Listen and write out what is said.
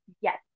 yes